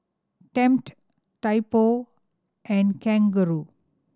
Tempt Typo and Kangaroo